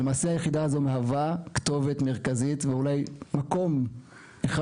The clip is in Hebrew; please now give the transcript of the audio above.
למעשה היחידה הזו מהווה כתובת מרכזית ואולי מקום אחד